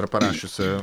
ir parašiusi